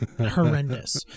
horrendous